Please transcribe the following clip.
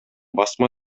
басма